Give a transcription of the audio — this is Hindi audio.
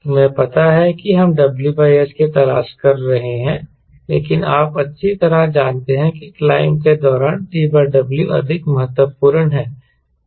तुम्हें पता है कि हम WS की तलाश कर रहे हैं लेकिन आप अच्छी तरह जानते हैं कि क्लाइंब के दौरान TW अधिक महत्वपूर्ण है ठीक है